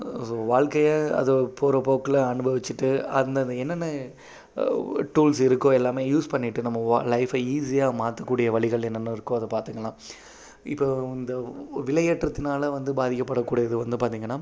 so வாழ்க்கையை அது போகிற போக்கில் அனுபவிச்சிட்டு அந்த என்னென்ன டூல்ஸ் இருக்கோ எல்லாமே யூஸ் பண்ணிட்டு நம்ம வா லைஃபை ஈஸியாக மாற்றக் கூடிய வழிகள் என்னென்ன இருக்கோ அதை பார்த்துக்கலாம் இப்போ வந்து விலையேற்றத்தினால வந்து பாதிக்கப்படக்கூடியது வந்து பார்த்தீங்கனா